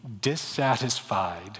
dissatisfied